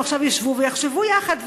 הם עכשיו ישבו ויחשבו יחד,